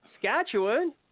Saskatchewan